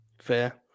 Fair